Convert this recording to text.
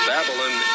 Babylon